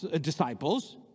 disciples